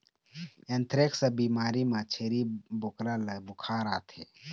anthrax बिमारी म छेरी बोकरा ल बुखार आथे